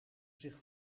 zich